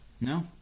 No